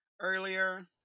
earlier